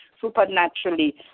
supernaturally